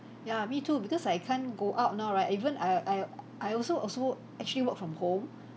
ya me too because I can't go out now right even I I I also also actually work from home